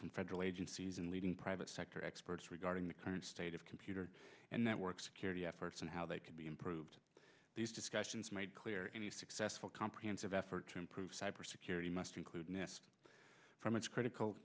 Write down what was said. from federal agencies in leading private sector experts regarding the current state of computer and network security efforts and how they can be improved these discussions made clear any successful comprehensive effort to improve cyber security must include an assist from its critical